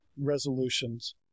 resolutions